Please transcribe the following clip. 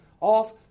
off